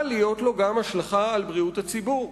להיות לו גם השלכה על בריאות הציבור.